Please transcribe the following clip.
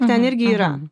ten irgi yra